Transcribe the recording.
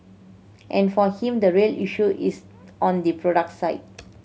and for him the real issue is on the product side